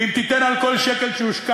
ואם תיתן בתמורה על כל שקל שהושקע,